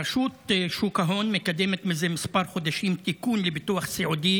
רשות שוק ההון מקדמת זה כמה חודשים תיקון מביטוח סיעודי